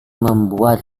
membuat